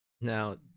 now